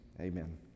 amen